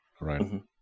Right